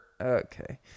Okay